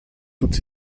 toutes